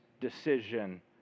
decision